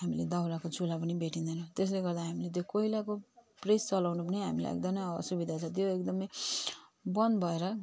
हामीले दाउराको चुला पनि भेटिँदैन त्यसले गर्दा हामीले त्यो कोइलाको प्रेस चलाउनु पनि हामीलाई एकदमै असुविधा छ त्यो एकदमै बन्द भएर